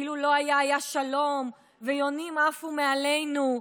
כאילו היה שלום ויונים עפו מעלינו?